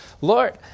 Lord